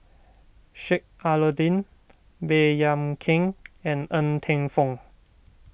Sheik Alau'ddin Baey Yam Keng and Ng Teng Fong